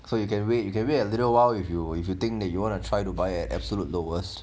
so you can wait you can wait a little while if you if you think that you want to try to buy at absolute lowest